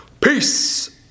peace